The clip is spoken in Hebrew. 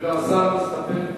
וגם השר מסתפק,